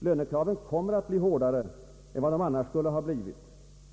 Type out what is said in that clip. Lönekraven kommer att bli hårdare än de annars skulle ha blivit.